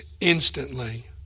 instantly